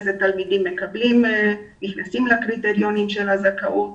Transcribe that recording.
איזה תלמידים מקבלים ונכנסים לקריטריונים של הזכאות